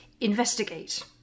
investigate